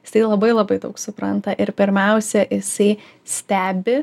jisai labai labai daug supranta ir pirmiausia jisai stebi